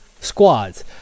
squads